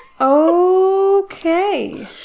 Okay